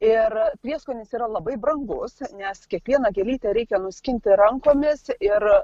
ir prieskonis yra labai brangus nes kiekvieną gėlytę reikia nuskinti rankomis ir